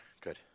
Good